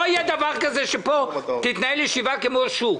לא יהיה דבר כזה, שפה תתנהל ישיבה כמו שוק.